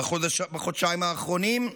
בחודשיים האחרונים,